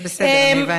זה בסדר, אני הבנתי.